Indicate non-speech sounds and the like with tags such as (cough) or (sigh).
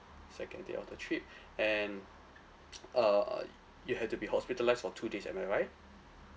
second day of the trip and (noise) err you had to be hospitalised for two days am I right